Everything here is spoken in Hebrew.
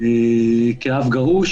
כאב גרוש,